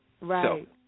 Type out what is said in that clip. Right